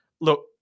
Look